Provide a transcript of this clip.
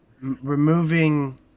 Removing